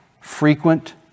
frequent